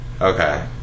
Okay